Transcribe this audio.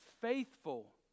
faithful